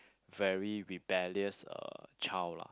very rebellious uh child lah